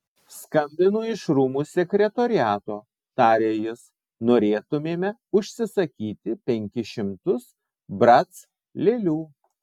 skambinu iš rūmų sekretoriato tarė jis norėtumėme užsisakyti penkis šimtus brac lėlių